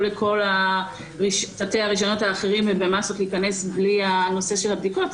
לכל תתי-הרישיונות האחרים להיכנס בלי בדיקות,